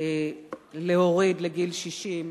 להוריד לגיל 60,